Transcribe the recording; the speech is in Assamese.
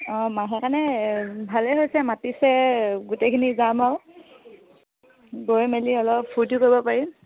অঁ সেইকাৰণে ভালেই হৈছে মাতিছে গোটেইখিনি যাম আৰু গৈ মেলি অলপ ফূৰ্তিও কৰিব পাৰিম